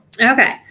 okay